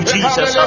Jesus